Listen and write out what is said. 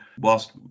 Whilst